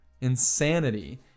Insanity